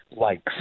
likes